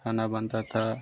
खाना बनता था